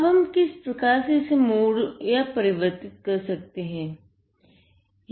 अब हम किस प्रकार इसे मोड अथवा परिवर्तित कर सकते है